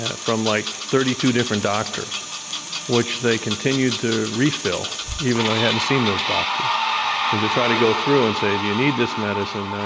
and from like thirty two different doctors which they continue to refill even though they hadn't seen those doctors. and to try to go through and say, do you need this medicine.